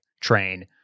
train